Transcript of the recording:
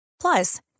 Plus